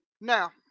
Now